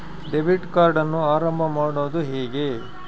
Debit ಕಾರ್ಡನ್ನು ಆರಂಭ ಮಾಡೋದು ಹೇಗೆ?